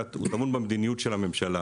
אלא הוא טמון במדיניות של הממשלה.